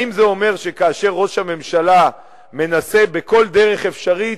האם זה אומר שכאשר ראש הממשלה מנסה בכל דרך אפשרית,